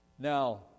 Now